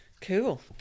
Cool